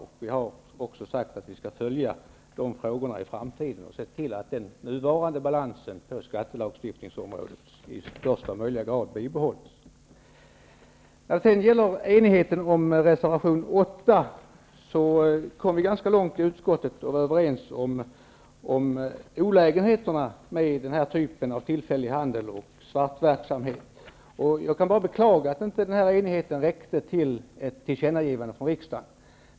Vi har sagt att vi skall följa dessa frågor i framtiden och se till att den nuvarande balansen på skattelagstiftningsområdet i största möjliga utsträckning bibehålls. Ivar Franzén tar upp reservation 8. Vi kom ganska långt i utskottet och var överens om olägenheterna med denna typ av tillfällig handel och svartverksamhet. Jag kan bara beklaga att enigheten inte räckte till ett tillkännagivande från riksdagen.